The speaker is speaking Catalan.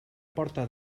porta